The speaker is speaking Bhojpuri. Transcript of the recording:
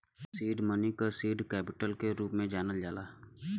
सीड मनी क सीड कैपिटल के रूप में जानल जाला